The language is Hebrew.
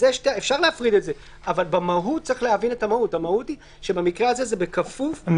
אפשר להפריד את זה אבל המהות היא שבמקרה הזה זה בכפוף לאישור.